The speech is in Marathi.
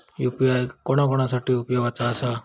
यू.पी.आय कोणा कोणा साठी उपयोगाचा आसा?